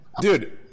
Dude